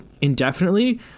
indefinitely